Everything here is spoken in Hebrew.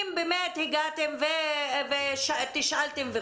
אם הגעתם ותשאלתם,